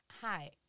Hi